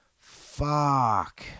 fuck